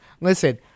Listen